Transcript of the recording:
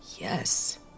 Yes